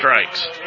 strikes